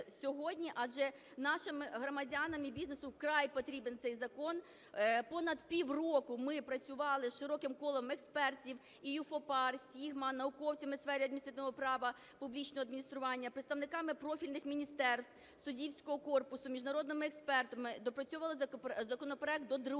адже нашим громадянам і бізнесу вкрай потрібен цей закон. Понад пів року ми працювали з широким колом експертів EU 4 PAR, SIGMA, науковцями в сфері адміністративного права, публічного адміністрування, представниками профільних міністерств, суддівського корпусу, міжнародними експертами, допрацьовували законопроект до другого